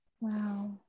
Wow